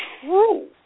true